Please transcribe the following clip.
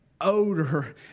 odor